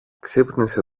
ξύπνησε